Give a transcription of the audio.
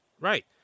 Right